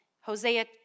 Hosea